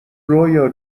رویا